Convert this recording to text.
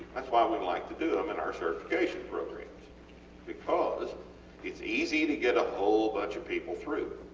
thats why we like to do them in our certification programs because its easy to get a whole bunch of people through